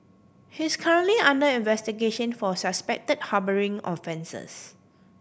he is currently under investigation for suspected harbouring offences